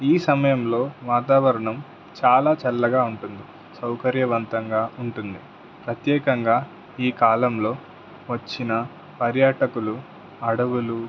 ఈ సమయంలో వాతావరణం చాలా చల్లగా ఉంటుంది సౌకర్యవంతంగా ఉంటుంది ప్రత్యేకంగా ఈ కాలంలో వచ్చిన పర్యాటకులు అడవులు